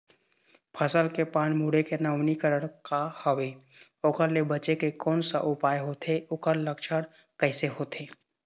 फसल के पान मुड़े के नवीनीकरण का हवे ओकर ले बचे के कोन सा उपाय होथे ओकर लक्षण कैसे होथे?